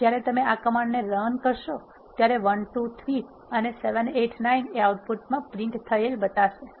હવે જ્યારે તમે આ કમાન્ડ રન કરશો તમને 1 2 3 અને 7 8 9 આઉટપુટમાં પ્રિન્ટ થયેલ બતાવશે